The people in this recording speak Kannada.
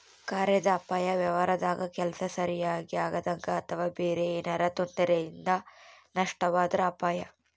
ಕಾರ್ಯಾದ ಅಪಾಯ ವ್ಯವಹಾರದಾಗ ಕೆಲ್ಸ ಸರಿಗಿ ಆಗದಂಗ ಅಥವಾ ಬೇರೆ ಏನಾರಾ ತೊಂದರೆಲಿಂದ ನಷ್ಟವಾದ್ರ ಅಪಾಯ